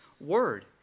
word